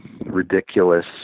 ridiculous